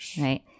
right